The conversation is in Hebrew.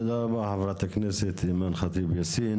תודה רבה חברת הכנסת אימאן ח'טיב יאסין,